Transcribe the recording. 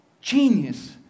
genius